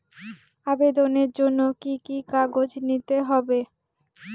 আবেদনের জন্য কি কি কাগজ নিতে হবে?